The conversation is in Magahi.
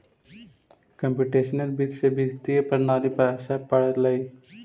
कंप्युटेशनल वित्त से वित्तीय प्रणाली पर का असर पड़लइ